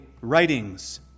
writings